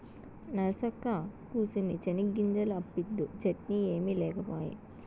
నరసక్కా, కూసిన్ని చెనిగ్గింజలు అప్పిద్దూ, చట్నీ ఏమి లేకపాయే